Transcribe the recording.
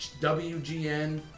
WGN